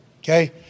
okay